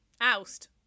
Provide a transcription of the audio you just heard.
Oust